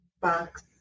box